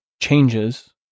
changes